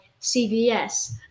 CVS